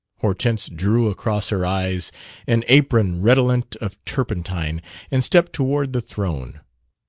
hortense drew across her eyes an apron redolent of turpentine and stepped toward the throne.